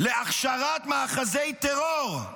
להכשרת מאחזי טרור.